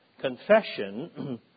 confession